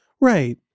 Right